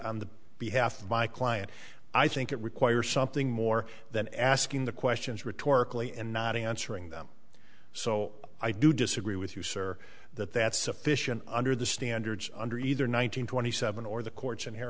the behalf of my client i think it requires something more than asking the questions rhetorical and not answering them so i do disagree with you sir that that's sufficient under the standards under either nine hundred twenty seven or the court's inhere